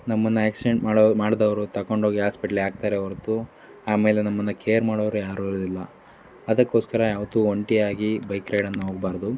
ನಮ್ಮನ್ನು ಆಕ್ಸ್ಡೆಂಟ್ ಮಾಡೋರು ಮಾಡಿದವ್ರು ತಕೊಂಡು ಹೋಗಿ ಹಾಸ್ಪಿಟ್ಲಿಗೆ ಹಾಕ್ತಾರೆ ಹೊರತು ಆಮೇಲೆ ನಮ್ಮನ್ನು ಕೇರ್ ಮಾಡೋರು ಯಾರೂ ಇರೋದಿಲ್ಲ ಅದಕ್ಕೋಸ್ಕರ ಯಾವತ್ತೂ ಒಂಟಿಯಾಗಿ ಬೈಕ್ ರೈಡನ್ನು ಹೋಗಬಾರ್ದು